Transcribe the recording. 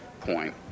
point